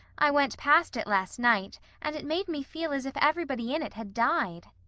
i went past it last night, and it made me feel as if everybody in it had died.